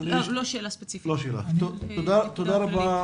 תודה רבה,